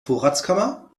vorratskammer